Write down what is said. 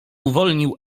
uwolnił